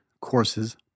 Courses